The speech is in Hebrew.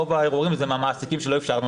רוב האירועים הם ממעסיקים שלא אפשרנו